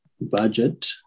budget